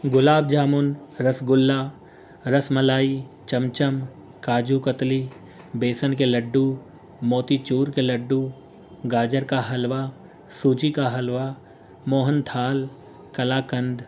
گلاب jamun rasgulla rasmalai chamcham kaju katli بیسن کے laddu motichoor کے لڈو گاجر کا حلوہ سوجی کا حلوہ موہن تھال کلا کند